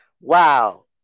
Wow